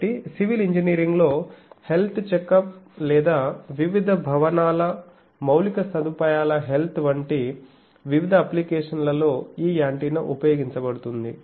కాబట్టి సివిల్ ఇంజనీరింగ్లో health checkup లేదా వివిధ భవనాల మౌలిక సదుపాయాల హెల్త్ వంటి వివిధ అప్లికేషన్ లలో ఈ యాంటెన్నా ఉపయోగించబడుతుంది